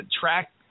track